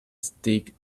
stick